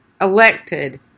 elected